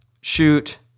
shoot